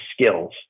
skills